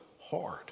hard